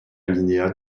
alinéa